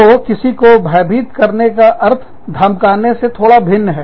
तो किसी को डराने भयभीत करने का अर्थ धमकाने से थोड़ा भिन्न है